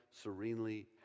serenely